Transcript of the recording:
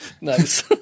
Nice